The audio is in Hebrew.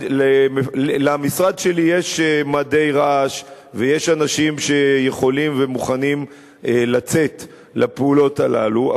למשרד שלי יש מדי רעש ויש אנשים שיכולים ומוכנים לצאת לפעולות הללו,